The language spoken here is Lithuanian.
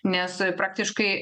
nes praktiškai